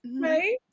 right